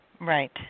Right